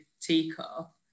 teacup